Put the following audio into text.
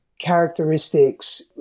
characteristics